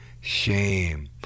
shame